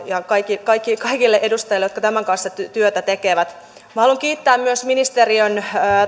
ja kaikille edustajille jotka tämän kanssa työtä tekevät haluan kiittää myös ministeriön